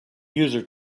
user